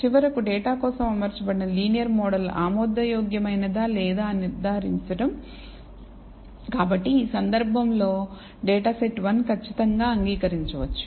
చివరకు డేటా కోసం అమర్చబడిన లీనియర్ మోడల్ ఆమోదయోగ్యమైనదా లేదా అని నిర్ధారించడం కాబట్టి ఈ సందర్భంలో డేటా సెట్ 1 ఖచ్చితంగా అంగీకరించవచ్చు